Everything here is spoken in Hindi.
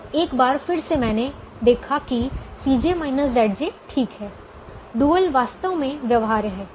अब एक बार फिर से मैंने देखा कि ठीक है डुअल वास्तव में व्यवहार्य है